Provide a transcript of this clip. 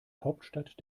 hauptstadt